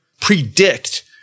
predict